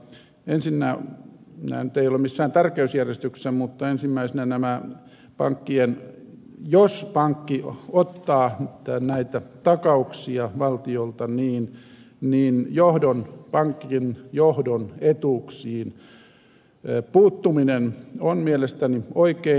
nämä eivät ole missään tärkeysjärjestyksessä mutta ensinnäkin jos pankki ottaa takauksia valtiolta pankin johdon etuuksiin puuttuminen on mielestäni oikein